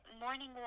morning